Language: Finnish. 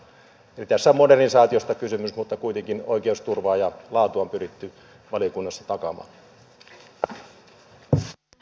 eli tässä on modernisaatiosta kysymys mutta kuitenkin oikeusturvaa ja laatua on pyritty valiokunnassa takaamaan